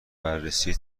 بررسی